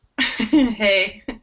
Hey